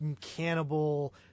cannibal